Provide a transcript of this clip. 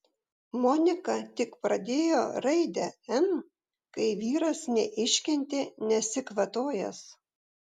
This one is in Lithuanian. monika tik pradėjo raidę m kai vyras neiškentė nesikvatojęs